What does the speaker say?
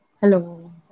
Hello